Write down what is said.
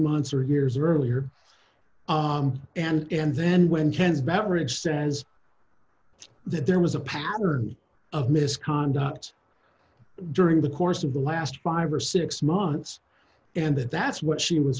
months or years earlier and then when ken's beveridge says that there was a pattern of misconduct during the course of the last five or six months and that that's what she was